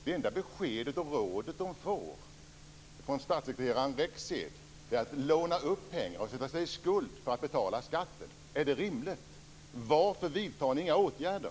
Det enda beskedet och rådet de har fått från statssekreterare Rexed är att låna upp pengar och sätta sig i skuld för att betala skatten. Är det rimligt? Varför vidtar ni inga åtgärder?